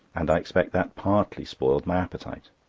and i expect that partly spoiled my appetite.